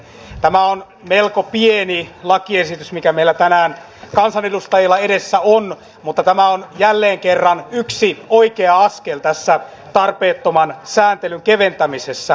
tämä on melko pieni lakiesitys mikä meillä kansanedustajilla tänään edessä on mutta tämä on jälleen kerran yksi oikea askel tässä tarpeettoman sääntelyn keventämisessä